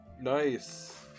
Nice